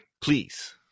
Please